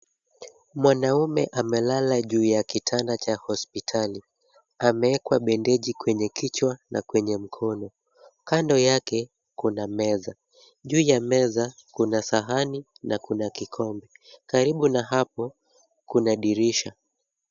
Mwanamume amelala juu ya kitanda cha hospitali. Ameekwa bendeji kwenye kichwa na kwenye mkono. Kando yake kuna meza. Juu ya meza kuna sahani na kuna kikombe. Karibu na hapo, kuna dirisha.